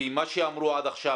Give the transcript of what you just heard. כי מה שאמרו עד עכשיו,